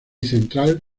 central